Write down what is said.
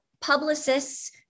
publicists